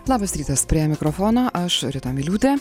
labas rytas prie mikrofono aš rita miliūtė